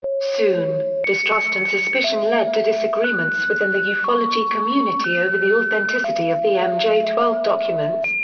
soon, distrust and suspicion led to disagreements within the yeah ufology community over the authenticity of the mj twelve documents,